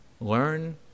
learn